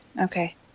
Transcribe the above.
Okay